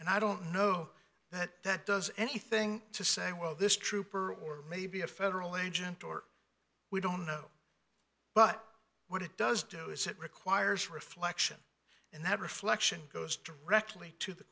and i don't know that that does anything to say well this trooper or maybe a federal agent or we don't know but what it does do is it requires reflection and that reflection goes directly to the